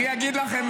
אל תתנשא.